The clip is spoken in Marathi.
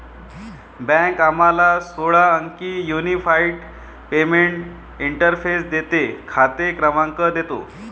बँक आम्हाला सोळा अंकी युनिफाइड पेमेंट्स इंटरफेस देते, खाते क्रमांक देतो